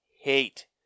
hate